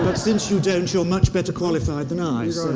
since you don't, you're much better qualified than i.